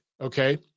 Okay